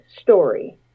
story